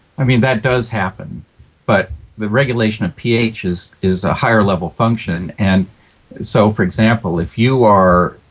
i mean that does happen but the regulation of ph is is a higher level function and so for example if you are